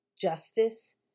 justice